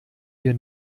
wir